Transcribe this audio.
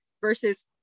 versus